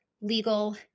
legal